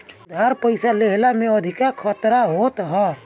उधार पईसा लेहला में अधिका खतरा होत हअ